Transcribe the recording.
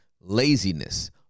laziness